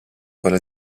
quello